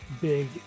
big